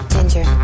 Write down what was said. Ginger